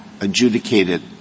adjudicated